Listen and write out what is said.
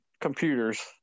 computers